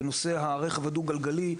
בנושא הרכב הדו-גלגלי,